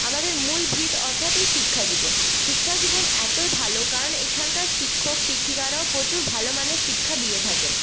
আমাদের মূল ভিত অর্থাৎ এই শিক্ষাজীবন শিক্ষাজীবন এতই ভালো কারণ এইখানকার শিক্ষক শিক্ষিকারাও প্রচুর ভালো মানের শিক্ষা দিয়ে থাকেন